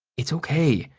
it's okay,